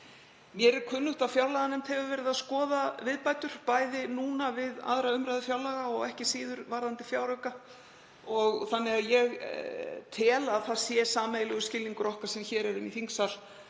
Mér er kunnugt að fjárlaganefnd hefur verið að skoða viðbætur, bæði núna við 2. umr. fjárlaga og ekki síður varðandi fjárauka. Þannig að ég tel að það sé sameiginlegur skilningur okkar sem erum hér í þingsal